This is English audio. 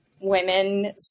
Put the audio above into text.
women